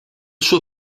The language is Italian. suo